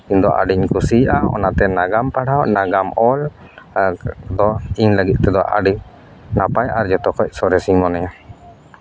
ᱤᱧᱫᱚ ᱟᱹᱰᱤᱧ ᱠᱩᱥᱤᱭᱟᱜᱼᱟ ᱚᱱᱟᱛᱮ ᱱᱟᱜᱟᱢ ᱯᱟᱲᱦᱟᱣ ᱱᱟᱜᱟᱢ ᱚᱞ ᱟᱨ ᱫᱚ ᱤᱧ ᱞᱟᱹᱜᱤᱫ ᱛᱮᱫᱚ ᱟᱹᱰᱤ ᱱᱟᱯᱟᱭ ᱟᱨ ᱡᱚᱛᱚ ᱠᱷᱚᱱ ᱥᱚᱨᱮᱥᱤᱧ ᱢᱚᱱᱮᱭᱟ